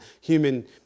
human